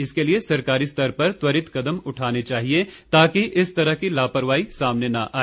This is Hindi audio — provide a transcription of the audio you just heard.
इसके लिये सरकारी स्तर पर त्वरित कदम उठाने चाहिये ताकि इस तरह की लापरवाही सामने न आए